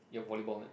your volleyball net